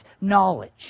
knowledge